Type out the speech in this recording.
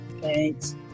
Thanks